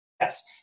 yes